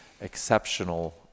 exceptional